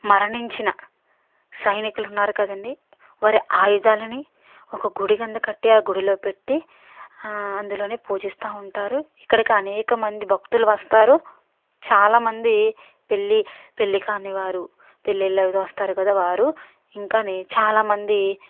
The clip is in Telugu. మరణించిన సైనికులు ఉన్నారు కదండీ వారి ఆయుధాలని ఒక గుడి కింద కట్టే ఆ గుడిలో పెట్టి అందులోనే పూజిస్తా ఉంటారు ఇక్కడికి అనేకమంది భక్తులు వస్తారు చాలా మంది పెళ్ళి పెళ్ళి కానీ వారు పెళ్ళిళ్లలో వస్తారు కదా వారు ఇంకానే చాలామంది